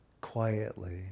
quietly